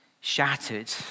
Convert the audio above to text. shattered